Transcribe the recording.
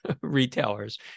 retailers